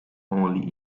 only